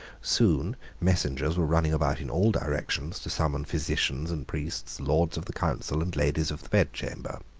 soon messengers were running about in all directions to summon physicians and priests, lords of the council, and ladies of the bedchamber.